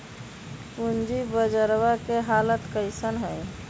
पूंजी बजरवा के हालत कैसन है?